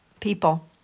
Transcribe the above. people